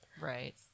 Right